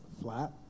flat